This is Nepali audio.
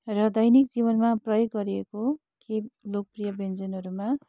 र दैनिक जीवनमा प्रयोग गरिएको केही लोकप्रिय व्यन्जनहरूमा